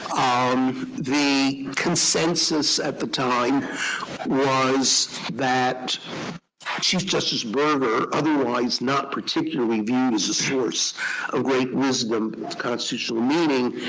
um the consensus at the time was that chief justice berger, otherwise not particularly viewed as a source of great wisdom of constitutional meaning,